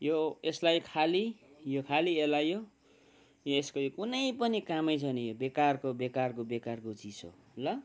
यो यसलाई खालि यो खालि यसलाई यो यो यसको यो कुनै पनि कामै छैन यो बेकारको बेकारको बेकारको चिज हो ल